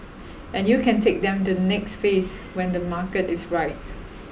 and you can take them to the next phase when the market is right